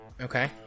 Okay